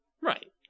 Right